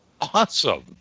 Awesome